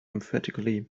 emphatically